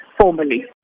formally